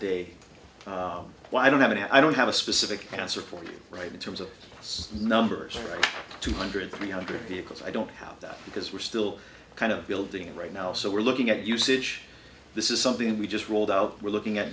why i don't have an i don't have a specific answer for you right in terms of us numbers right two hundred three hundred vehicles i don't have that because we're still kind of building right now so we're looking at usage this is something we just rolled out we're looking at